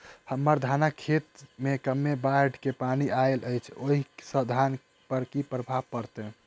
हम्मर धानक खेत मे कमे बाढ़ केँ पानि आइल अछि, ओय सँ धान पर की प्रभाव पड़तै?